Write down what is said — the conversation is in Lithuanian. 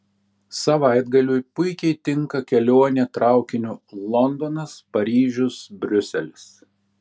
savaitgaliui puikiai tinka kelionė traukiniu londonas paryžius briuselis